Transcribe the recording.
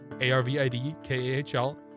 A-R-V-I-D-K-A-H-L